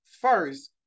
first